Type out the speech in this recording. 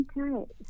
Okay